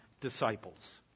disciples